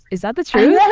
is that the truth?